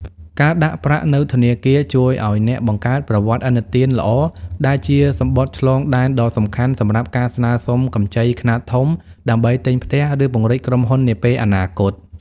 ការដាក់ប្រាក់នៅធនាគារជួយឱ្យអ្នកបង្កើត "ប្រវត្តិឥណទាន" ល្អ ដែលជាសំបុត្រឆ្លងដែនដ៏សំខាន់សម្រាប់ការស្នើសុំកម្ចីខ្នាតធំដើម្បីទិញផ្ទះ ឬពង្រីកក្រុមហ៊ុននាពេលអនាគត។